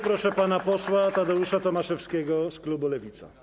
Proszę pana posła Tadeusza Tomaszewskiego z klubu Lewica.